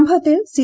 സംഭവത്തിൽ സി